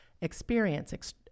experience